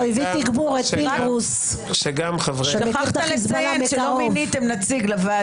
הוא הביא לתגבור את פינדרוס --- את החיזבאללה בקרוב.